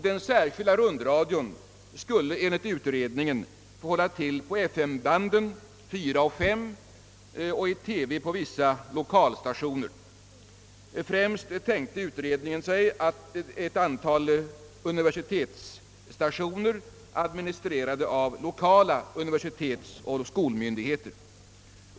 Denna särskilda rundradio skulle enligt utredningen få hålla till på FM banden 4 och 5 och i TV på vissa lokalstationer. Främst tänkte sig utredningen ett antal universitetsstationer, administrerade av lokala universitetsoch skolmyndigheter.